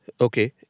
okay